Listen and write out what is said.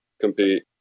compete